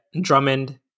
drummond